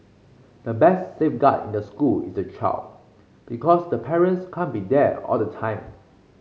the best safeguard in the school is the child because the parents can't be there all the time